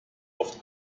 oft